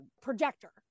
projector